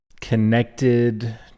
connected